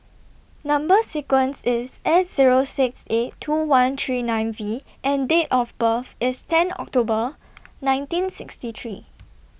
Number sequence IS S Zero six eight two one three nine V and Date of birth IS ten October nineteen sixty three